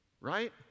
Right